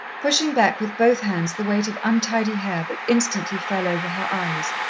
pushing back with both hands the weight of untidy hair that instantly fell over her eyes.